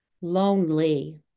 lonely